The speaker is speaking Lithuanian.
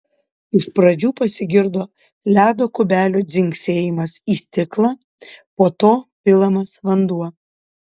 iš pradžių pasigirdo ledo kubelių dzingsėjimas į stiklą po to pilamas vanduo